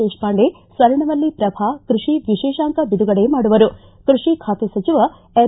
ದೇಶಪಾಂಡೆ ಸ್ವರ್ಣವಲ್ಲೀ ಪ್ರಭಾ ಕೃಷಿ ವಿಶೇಷಾಂಕ ಬಿಡುಗಡೆ ಮಾಡುವರು ಕೃಷಿ ಖಾತೆ ಸಚಿವ ಎನ್